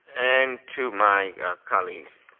and to my colleagues,